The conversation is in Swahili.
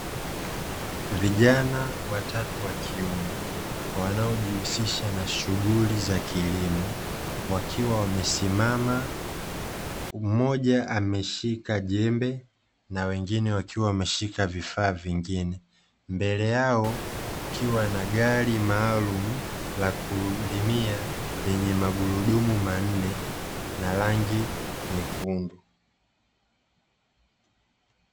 Vijana watatu wa kiume wanaojihusisha na shughuli za kilimo, wakiwa wamesimama. Mmoja ameshika jembe na wengine wakiwa wameshika vifaa vingine, mbele yao kukiwa na gari maalumu la kulimia, lenye magurudumu manne na rangi nyekundu.